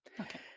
Okay